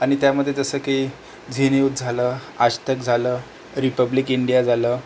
आणि त्यामध्ये जसं की झी न्यूज झालं आज तक झालं रिपब्लिक इंडिया झालं